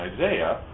Isaiah